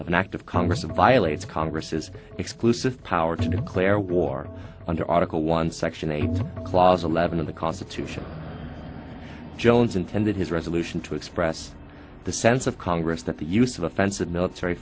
of an act of congress of violates congress's exclusive power to declare war under article one section eight clause eleven of the constitution jones intended his resolution to express the sense of congress that the use of offensive military